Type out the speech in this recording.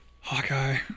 Hawkeye